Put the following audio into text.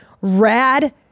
rad